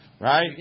Right